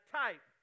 type